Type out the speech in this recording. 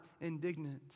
indignant